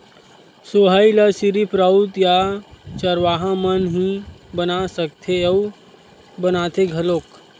सोहई ल सिरिफ राउत या चरवाहा मन ही बना सकथे अउ बनाथे घलोक